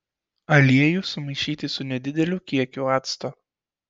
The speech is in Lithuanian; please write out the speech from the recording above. aliejų sumaišyti su nedideliu kiekiu acto